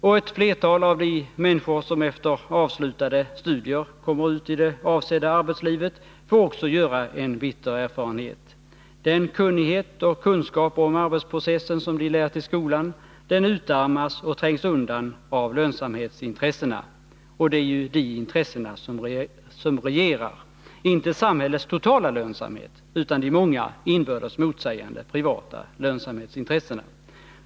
Och ett flertal av de människor som efter avslutade studier kommer ut i arbetslivet får också göra en bitter erfarenhet: Den kunnighet och kunskap om arbetsprocessen som de fått i skolan, den utarmas och trängs undan av lönsamhetsintressena — och det är ju de intressena som regerar. Det är dock inte de intressen som bryr sig om samhällets totala lönsamhet som styr, utan de många inbördes motsägande, privata lönsamhetsintressena.